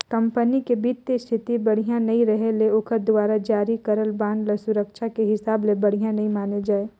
company के बित्तीय इस्थिति बड़िहा नइ रहें ले ओखर दुवारा जारी करल बांड ल सुरक्छा के हिसाब ले बढ़िया नइ माने जाए